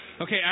Okay